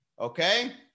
Okay